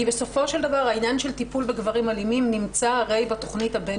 כי בסופו של דבר העניין של טיפול בגברים אלימים נמצא בתכנית הבין